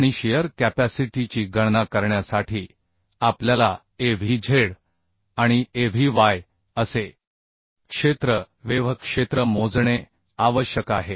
आणि shear capacity ची गणना करण्यासाठी आपल्याला AVz आणिAVy असे क्षेत्र वेव्ह क्षेत्र मोजणे आवश्यक आहे